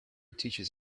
teaches